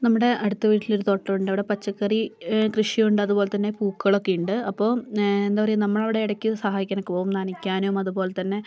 നമ്മുടെ അടുത്ത വീട്ടിലൊരു തോട്ടമുണ്ട് അവിടെ പച്ചക്കറി കൃഷിയുണ്ട് അതുപോലെത്തന്നെ പൂക്കളൊക്കെയുണ്ട് അപ്പോൾ എന്താ പറയുക നമ്മളവിടെ ഇടയ്ക്ക് സഹായിക്കാൻ ഒക്കെ പോകും നനയ്ക്കാനും അതുപോലെത്തന്നെ